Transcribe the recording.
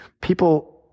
people